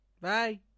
Bye